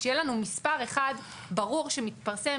שיהיה לנו מספר אחד ברור שמתפרסם,